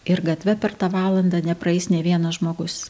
ir gatve per tą valandą nepraeis nei vienas žmogus